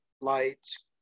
lights